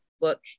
look